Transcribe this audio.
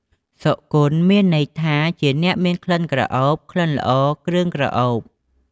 សុគន្ធ មានន័យថា ជាអ្នកមានក្លិនក្រអូប ក្លិនល្អ គ្រឿងក្រអូប។